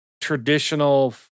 traditional